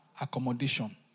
accommodation